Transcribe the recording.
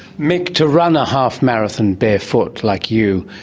mick, to run a half marathon barefoot like you,